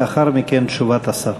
לאחר מכן, תשובת השר.